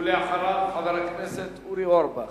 ואחריו, חבר הכנסת אורי אורבך.